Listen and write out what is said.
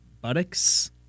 buttocks